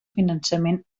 finançament